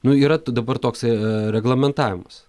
nu yra dabar toks reglamentavimas